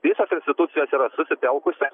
visos institucijos yra susitelkusią